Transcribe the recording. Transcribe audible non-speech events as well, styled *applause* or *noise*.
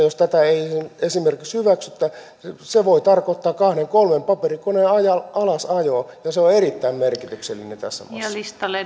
*unintelligible* jos tätä ei esimerkiksi hyväksytä voi tarkoittaa arviolta kahden kolmen paperikoneen alasajoa ja se on erittäin merkityksellistä tässä maassa listalle *unintelligible*